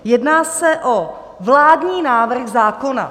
Jedná se o vládní návrh zákona.